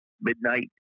Midnight